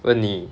问你